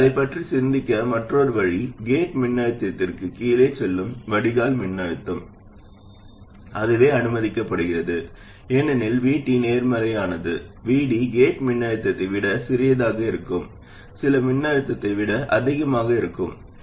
இதைப் பற்றி சிந்திக்க மற்றொரு வழி கேட் மின்னழுத்தத்திற்கு கீழே செல்லும் வடிகால் மின்னழுத்தம் அதுவே அனுமதிக்கப்படுகிறது ஏனெனில் VT நேர்மறையானது எனவே VD கேட் மின்னழுத்தத்தை விட சிறியதாக இருக்கும் சில மின்னழுத்தத்தை விட அதிகமாக இருக்க வேண்டும்